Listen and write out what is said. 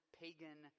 pagan